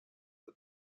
the